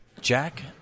Jack